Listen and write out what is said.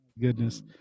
Goodness